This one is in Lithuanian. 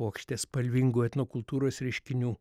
puokštė spalvingų etnokultūros reiškinių